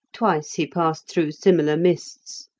twice he passed through similar mists.